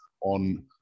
on